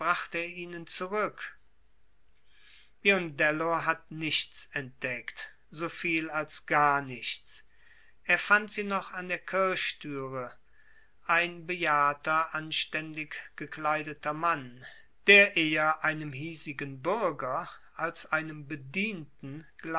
ihnen zurück biondello hat nichts entdeckt so viel als gar nichts er fand sie noch an der kirchtüre ein bejahrter anständig gekleideter mann der eher einem hiesigen bürger als einem bedienten